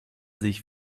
sich